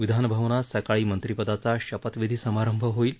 विधानभवनात सकाळी मंत्रीपदाचा शपथविधी समारंभ होईल